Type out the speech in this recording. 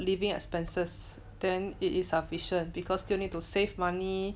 living expenses then it is sufficient because still need to save money